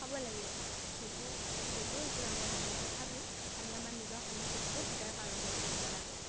খাব লাগে সেইটো সেইটো একো ডাঙৰ কথা নহয় তথাপিও আমি আমাৰ নিজৰ সংস্কৃতিটো সদায় পালন কৰি থাকিব লাগে